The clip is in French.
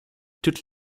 toutes